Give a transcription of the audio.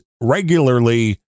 regularly